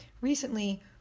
recently